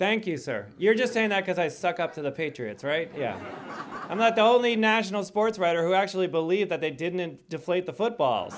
thank you sir you're just saying that because i suck up to the patriots right yeah i'm not the only national sports writer who actually believe that they didn't deflate the football